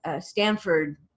Stanford